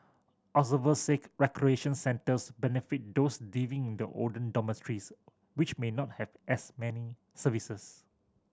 observers seek recreation centres benefit those living in the older dormitories which may not have as many services